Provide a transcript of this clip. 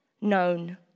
known